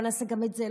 בוא נעשה גם את זה,